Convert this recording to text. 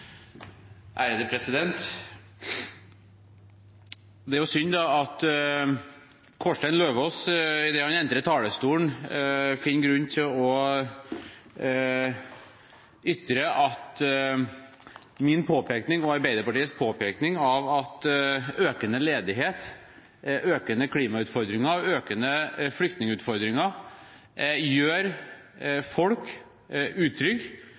Det er synd at Kårstein Eidem Løvaas, idet han entrer talerstolen, finner grunn til å ytre at min og Arbeiderpartiets påpekning av at økende ledighet, økende klimautfordringer og økende flyktningutfordringer gjør folk utrygge